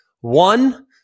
One